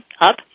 up